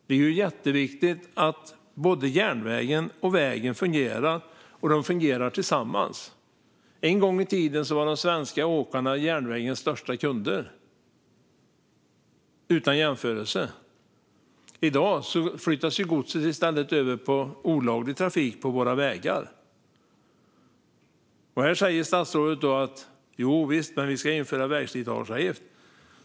Det är jätteviktigt att både järnvägen och vägen fungerar tillsammans. En gång i tiden var de svenska åkarna järnvägens utan jämförelse största kunder. I dag flyttas godset i stället över på olaglig trafik på våra vägar. Här säger statsrådet att vägslitageavgift ska införas.